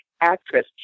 actress